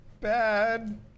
bad